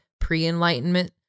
pre-Enlightenment